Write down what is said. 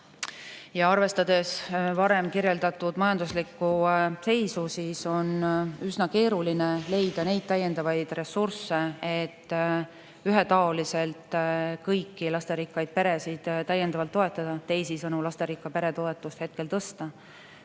Ja arvestades varem kirjeldatud majanduslikku seisu, on üsna keeruline leida täiendavaid ressursse, et ühetaoliselt kõiki lasterikkaid peresid täiendavalt toetada, teisisõnu, lasterikka pere toetust hetkel tõsta.